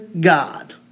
God